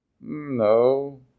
No